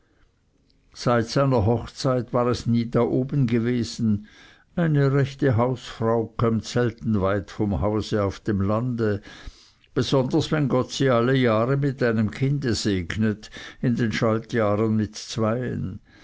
seit seiner hochzeit war es nie da oben gewesen eine rechte hausfrau kömmt selten weit vom hause auf dem lande besonders wenn gott sie alle jahre mit einem kinde segnet in den schaltjahren mit zweien